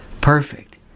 Perfect